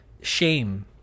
shame